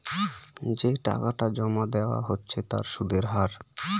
যে টাকাটা জমা দেওয়া হচ্ছে তার সুদের হার